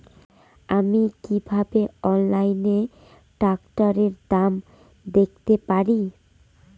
আমি কিভাবে অনলাইনে ট্রাক্টরের দাম দেখতে পারি?